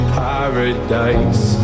paradise